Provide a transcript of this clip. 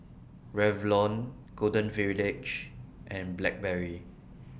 Revlon Golden Village and Blackberry